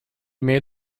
made